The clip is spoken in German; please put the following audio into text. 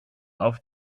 auf